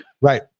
Right